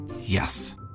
Yes